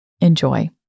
Enjoy